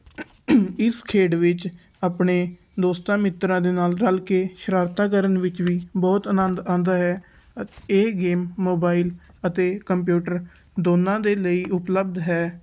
ਇਸ ਖੇਡ ਵਿੱਚ ਆਪਣੇ ਦੋਸਤਾਂ ਮਿੱਤਰਾਂ ਦੇ ਨਾਲ਼ ਰਲ਼ ਕੇ ਸ਼ਰਾਰਤਾਂ ਕਰਨ ਵਿੱਚ ਵੀ ਬਹੁਤ ਆਨੰਦ ਆਉਂਦਾ ਹੈ ਇਹ ਗੇਮ ਮੋਬਾਇਲ ਅਤੇ ਕੰਪਿਊਟਰ ਦੋਨਾਂ ਦੇ ਲਈ ਉਪਲਬਧ ਹੈ